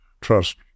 Trust